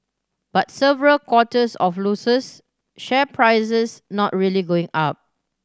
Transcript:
but several quarters of losses share prices not really going up